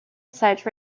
site